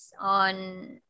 on